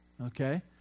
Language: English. okay